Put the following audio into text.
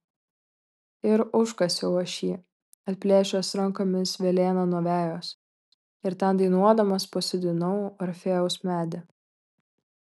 ir užkasiau aš jį atplėšęs rankomis velėną nuo vejos ir ten dainuodamas pasodinau orfėjaus medį